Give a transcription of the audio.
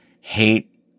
Hate